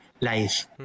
life